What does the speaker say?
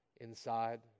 inside